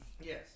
Yes